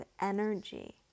energy